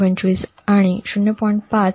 25 आणि 0